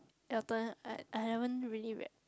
your turn I I haven't really read